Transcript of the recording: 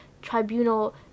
tribunal